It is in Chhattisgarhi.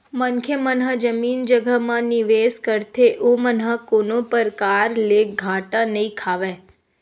मनखे मन ह जमीन जघा म निवेस करथे ओमन ह कोनो परकार ले घाटा नइ खावय